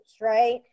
right